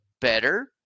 better